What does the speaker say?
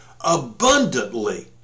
abundantly